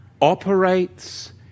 Operates